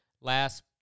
last